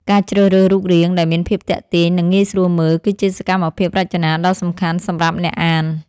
ការជ្រើសរើសរូបរាង ដែលមានភាពទាក់ទាញ និងងាយស្រួលមើល គឺជាសកម្មភាពរចនាដ៏សំខាន់សម្រាប់អ្នកអាន។